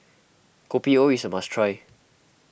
Kopi O is a must try